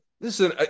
Listen